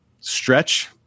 stretch